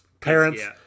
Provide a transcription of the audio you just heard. parents